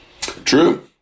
True